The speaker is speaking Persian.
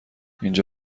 اینجا